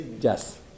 Yes